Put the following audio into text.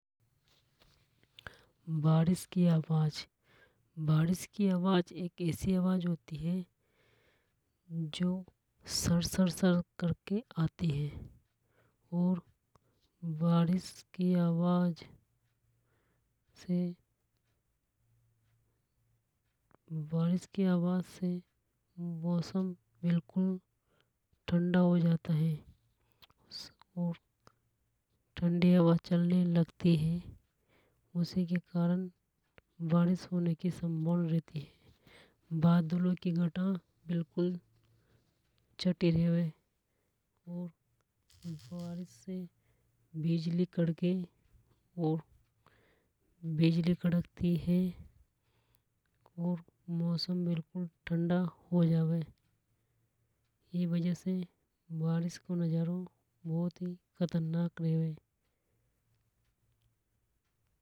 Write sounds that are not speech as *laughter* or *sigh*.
बारिश की आवाज एक ऐसी आवाज होती हे जो सर सर करके आती है। और बारिश की आवाज से बारिश की आवाज से मौसम बिल्कुल ठंडा हो जाता है। और ठंडी हवा चलने लगती है। उसी के कारण बारिश होने की संभावना रहती है। बदलो की घटा बिल्कुल छठी रेवे। और *noise* बारिश से बिजली कड़के और बिजली कड़कती है और मौसम बिल्कुल ठंडा हो जावे ई वजह से बारिश को नजरो बहुत ही खतरनाक रेवे।